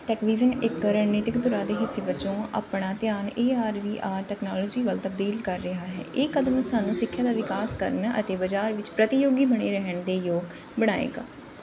TechVision ਇੱਕ ਰਣਨੀਤਕ ਧੁਰਾ ਦੇ ਹਿੱਸੇ ਵਜੋਂ ਆਪਣਾ ਧਿਆਨ A R V R technology ਵੱਲ ਤਬਦੀਲ ਕਰ ਰਿਹਾ ਹੈ ਇਹ ਕਦਮ ਸਾਨੂੰ ਸਿੱਖਿਆ ਦਾ ਵਿਕਾਸ ਕਰਨ ਅਤੇ ਬਾਜ਼ਾਰ ਵਿੱਚ ਪ੍ਰਤੀਯੋਗੀ ਬਣੇ ਰਹਿਣ ਦੇ ਯੋਗ ਬਣਾਏਗਾ